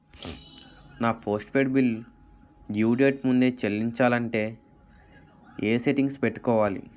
నా postpaid bill due date ముందే చెల్లించాలంటే ఎ సెట్టింగ్స్ పెట్టుకోవాలి?